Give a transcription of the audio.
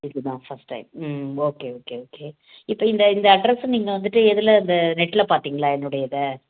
இது தான் first time ம் ஓகே ஓகே ஓகே இப்போ இந்த இந்த அட்ரஸை நீங்கள் வந்துட்டு எதில் இந்த நெட்டில் பார்த்தீங்களா என்னுடையதை